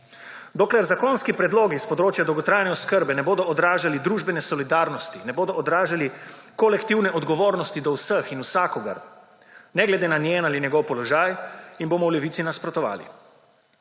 Dokler zakonski predlogi s področja dolgotrajne oskrbe ne bodo odražali družbene solidarnosti, ne bodo odražali kolektivne odgovornosti do vseh in vsakogar, ne glede na njen ali njegov položaj, jim bomo v Levici nasprotovali.